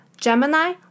Gemini